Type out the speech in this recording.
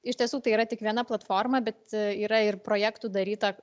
iš tiesų tai yra tik viena platforma bet yra ir projektų daryta